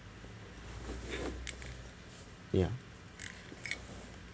ya